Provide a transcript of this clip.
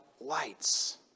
lights